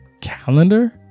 calendar